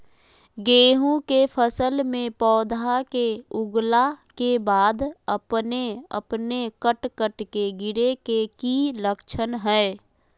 गेहूं के फसल में पौधा के उगला के बाद अपने अपने कट कट के गिरे के की लक्षण हय?